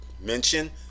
mention